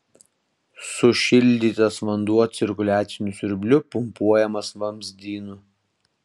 sušildytas vanduo cirkuliaciniu siurbliu pumpuojamas vamzdynu